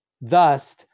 Thus